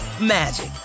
magic